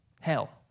Hell